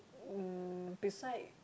mm beside